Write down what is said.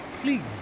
please